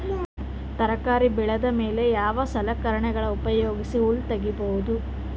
ತರಕಾರಿ ಬೆಳದ ಮೇಲೆ ಯಾವ ಸಲಕರಣೆಗಳ ಉಪಯೋಗಿಸಿ ಹುಲ್ಲ ತಗಿಬಹುದು?